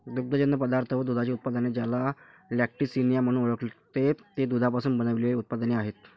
दुग्धजन्य पदार्थ व दुधाची उत्पादने, ज्याला लॅक्टिसिनिया म्हणून ओळखते, ते दुधापासून बनविलेले उत्पादने आहेत